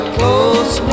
close